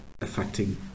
affecting